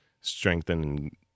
strengthen